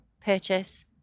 purchase